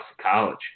College